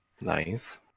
Nice